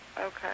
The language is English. Okay